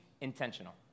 intentional